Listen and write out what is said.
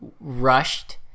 rushed